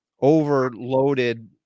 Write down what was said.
overloaded